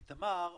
כי תמר אמרה,